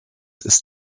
ist